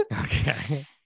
Okay